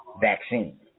vaccine